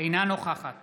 אינה נוכחת